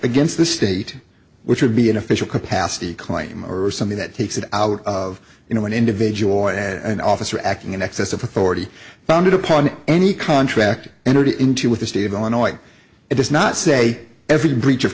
against the state which would be an official capacity claim or something that takes it out of you know an individual or an officer acting in excess of authority founded upon any contract entered into with the state of illinois and does not say every breach of